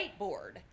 whiteboard